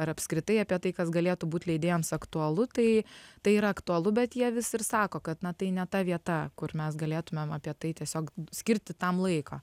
ar apskritai apie tai kas galėtų būt leidėjams aktualu tai tai yra aktualu bet jie vis ir sako kad na tai ne ta vieta kur mes galėtumėm apie tai tiesiog skirti tam laiko